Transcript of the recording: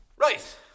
Right